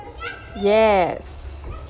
yes